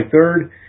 third